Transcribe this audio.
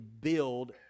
build